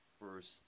first